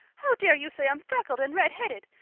how dare you say i'm freckled and redheaded?